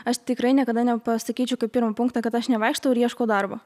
aš tikrai niekada nepasakyčiau kad pirmą punktą kad aš nevaikštau ir ieškau darbo